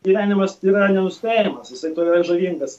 gyvenimas yra nenuspėjamas jisai tuo yra žavingas